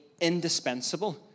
indispensable